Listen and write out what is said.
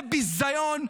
זה ביזיון.